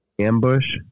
ambush